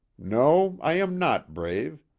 no, i am not brave.